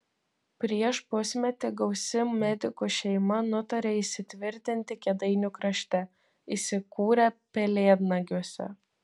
prieš pusmetį gausi medikų šeima nutarė įsitvirtinti kėdainių krašte įsikūrė pelėdnagiuose